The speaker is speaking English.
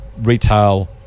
retail